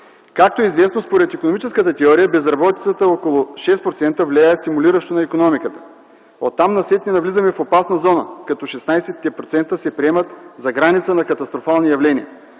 Както е известно, според икономическата теория безработица около 6% влияе стимулиращо на икономиката, оттам насетне навлизаме в опасна зона, като 16% се приемат за граница на катастрофални явления.